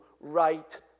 right